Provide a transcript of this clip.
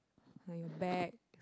like bags